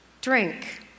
drink